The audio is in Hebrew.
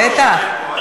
בטח.